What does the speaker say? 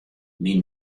myn